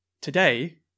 Today